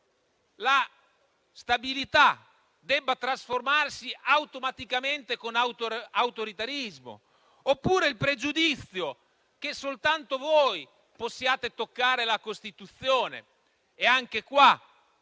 la stabilità debba trasformarsi automaticamente in autoritarismo; oppure il pregiudizio che soltanto voi possiate toccare la Costituzione e anche qui,